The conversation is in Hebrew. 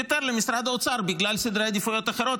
ויתר למשרד האוצר בגלל סדרי עדיפויות אחרות.